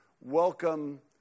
Welcome